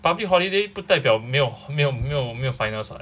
public holiday 不代表没有没有没有没有 finals [what]